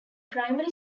primary